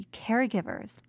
caregivers